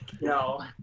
No